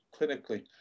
clinically